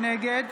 נגד